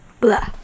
Blah